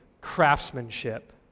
craftsmanship